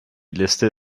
liste